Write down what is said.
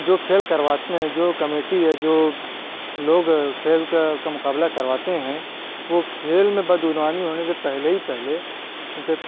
جو کھیل کرواتے ہیں جو کمیٹی ہے جو لوگ کھیل کا مقابلہ کرواتے ہیں وہ کھیل میں بدعنوانی ہونے سے پہلے ہی پہلے ان سے